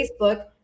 Facebook